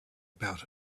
about